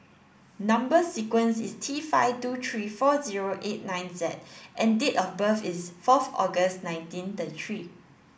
number sequence is T five two three four zero eight nine Z and date of birth is fourth August nineteen thirty three